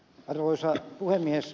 arvoisa puhemies